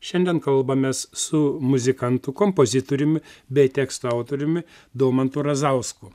šiandien kalbamės su muzikantu kompozitoriumi bei tekstų autoriumi domantu razausku